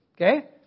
okay